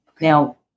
Now